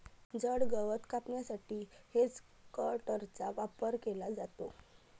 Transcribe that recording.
जड गवत कापण्यासाठी हेजकटरचा वापर केला जातो